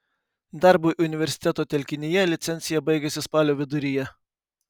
darbui universiteto telkinyje licencija baigiasi spalio viduryje